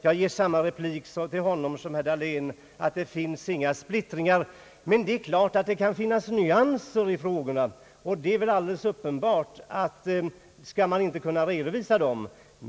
Jag ger samma replik till honom som till herr Dahlén: Det finns ingen splittring, men det kan naturligtvis finnas nyanser i frågorna och dem bör man väl kunna redovisa.